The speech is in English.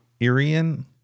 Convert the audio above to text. Irian